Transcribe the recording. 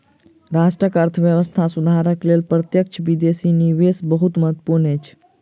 राष्ट्रक अर्थव्यवस्था सुधारक लेल प्रत्यक्ष विदेशी निवेश बहुत महत्वपूर्ण अछि